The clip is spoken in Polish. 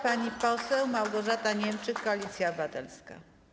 Pani poseł Małgorzata Niemczyk, Koalicja Obywatelska.